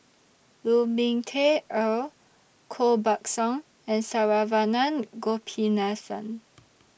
Lu Ming Teh Earl Koh Buck Song and Saravanan Gopinathan